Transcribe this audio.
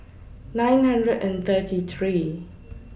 nine hundred and thirty three